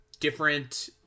different